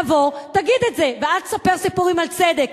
תבוא, תגיד את זה, ואל תספר סיפורים על צדק.